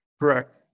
Correct